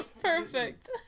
Perfect